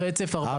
ברצף.